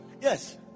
Yes